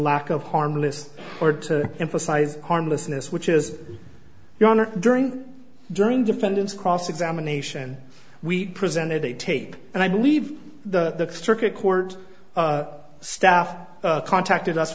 lack of harmless or to emphasize harmlessness which is your honor during during defendant's cross examination we presented a tape and i believe the circuit court staff contacted us